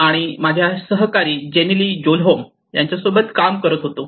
Nilsson आणि माझे सहकारी जेनिली जोहोल्म यांच्याबरोबर काम करीत होतो